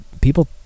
people